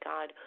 God